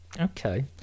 Okay